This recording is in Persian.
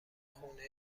خونه